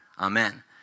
Amen